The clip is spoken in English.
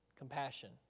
Compassion